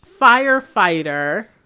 firefighter